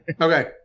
Okay